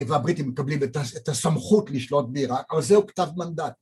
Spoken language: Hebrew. והבריטים מקבלים את הסמכות לשלוט בעיראק, אבל זהו כתב מנדט.